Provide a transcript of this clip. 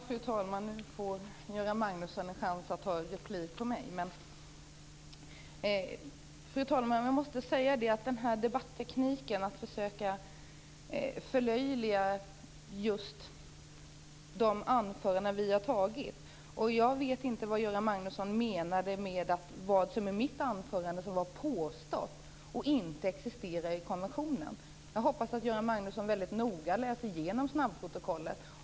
Fru talman! Nu får Göran Magnusson en chans att ta en replik på mig. Fru talman! Det här är en debatteknik som försöker förlöjliga de anföranden vi har hållit. Jag vet inte vad Göran Magnusson menade med vad som var påstått i mitt anförande, och som inte existerar i konventionen. Jag hoppas att Göran Magnusson väldigt noga läser igenom snabbprotokollet.